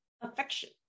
affection